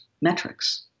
metrics